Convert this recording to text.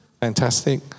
Fantastic